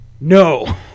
no